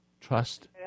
Trust